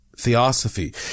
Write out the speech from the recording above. theosophy